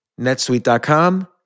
netsuite.com